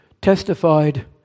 testified